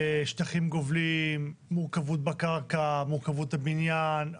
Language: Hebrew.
שטחים גובלים, מורכבות בקרקע, מורכבות הבניין.